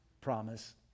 promise